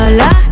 la